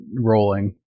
rolling